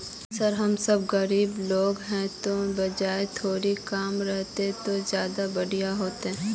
sir हम सब गरीब लोग है तो बियाज थोड़ा कम रहते तो ज्यदा बढ़िया होते